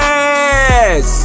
Yes